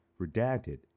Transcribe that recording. redacted